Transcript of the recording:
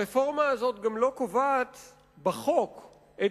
הרפורמה הזאת גם לא קובעת בחוק את